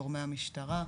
גורמי המשטרה,